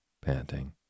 panting